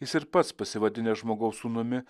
jis ir pats pasivadinęs žmogaus sūnumi